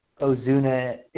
Ozuna